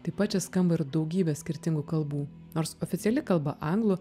taip pat čia skamba ir daugybė skirtingų kalbų nors oficiali kalba anglų